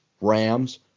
Rams